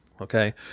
Okay